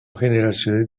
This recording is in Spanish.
generaciones